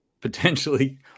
potentially